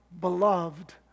beloved